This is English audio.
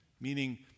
meaning